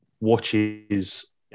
watches